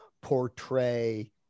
portray